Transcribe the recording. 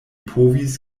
povis